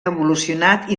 evolucionat